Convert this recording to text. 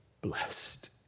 blessed